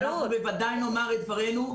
אנחנו בוודאי נאמר את דברינו.